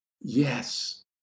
Yes